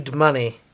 money